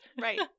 Right